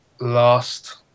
last